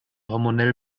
hormonell